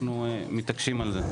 אנחנו מתעקשים על זה.